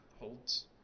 holds